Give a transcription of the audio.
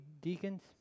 deacons